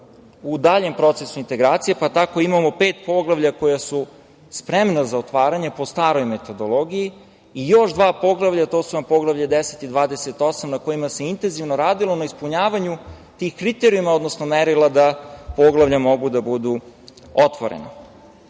u daljem procesu integracije, pa tako imamo pet poglavlja koja su spremna za otvaranje po staroj metodologiji i još dva poglavlja, to su vam Poglavlje 10 i 28 na kojima se intenzivno radilo na ispunjavanju tih kriterijuma, odnosno merila da poglavlja mogu da budu otvorena. Ono